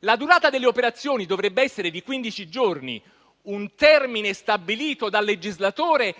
La durata delle operazioni dovrebbe essere di quindici giorni, un termine stabilito dal legislatore,